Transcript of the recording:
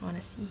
wanna see